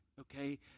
okay